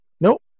nope